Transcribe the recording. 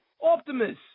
Optimus